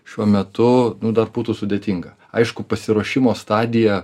šiuo metu nu dar būtų sudėtinga aišku pasiruošimo stadija